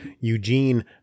Eugene